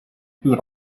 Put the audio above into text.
put